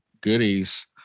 goodies